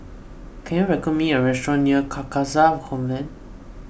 can you recommend me a restaurant near Carcasa Convent